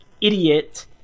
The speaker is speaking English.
idiot